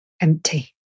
empty